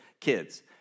kids